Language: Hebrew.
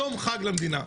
יום חג למדינה.